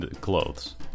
clothes